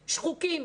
שחוקים,